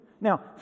Now